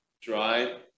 dry